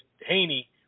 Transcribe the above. Haney